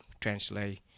translate